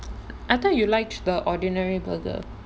I thought you liked the ordinary burger